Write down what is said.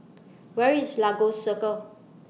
Where IS Lagos Circle